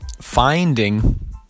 finding